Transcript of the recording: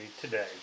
today